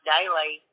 Daily